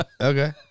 Okay